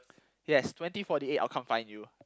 yes twenty forty eight I'll come find you